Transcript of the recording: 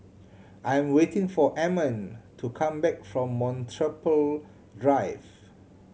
I'm waiting for Ammon to come back from Metropole Drive